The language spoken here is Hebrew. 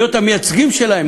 להיות המייצגים שלהם,